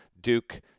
Duke